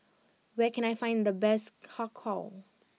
where can I find the best Har Kow